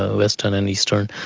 ah western and eastern,